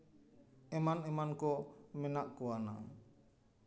ᱮᱢᱟᱱ ᱮᱢᱟᱱ ᱠᱚ ᱢᱮᱱᱟᱜ ᱠᱚᱣᱟᱱᱟ